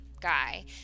guy